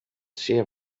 zeer